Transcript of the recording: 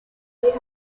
diez